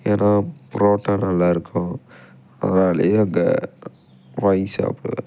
ஏனால் புரோட்டா நல்லாயிருக்கும் அதனாலையே அங்கே வாங்கி சாப்பிடுவேன்